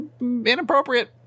inappropriate